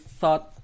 thought